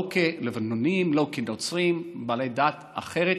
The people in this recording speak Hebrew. לא כלבנונים, לא כנוצרים, כבעלי דת אחרת,